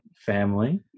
family